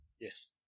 Yes